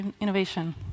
innovation